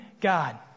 God